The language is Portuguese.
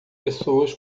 pessoas